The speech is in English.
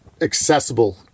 accessible